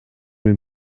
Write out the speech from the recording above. den